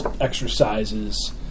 exercises